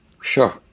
Sure